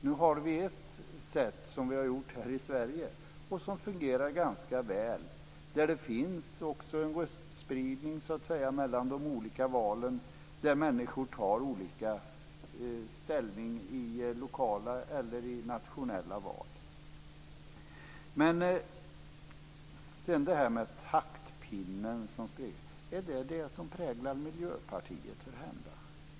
Nu har vi ett sätt som vi har använt här i Sverige och som fungerar ganska väl. Det finns en röstspridning mellan de olika valen. Människor tar olika ställning i lokala eller nationella val. Per Lager talade om taktpinnen som styr. Är det törhända det som präglar Miljöpartiet?